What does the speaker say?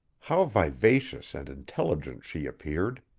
how vivacious and intelligent she appeared!